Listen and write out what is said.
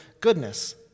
goodness